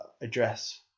address